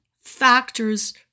factors